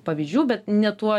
pavyzdžių bet ne tuo